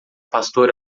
pastor